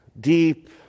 deep